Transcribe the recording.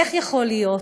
איך יכול להיות?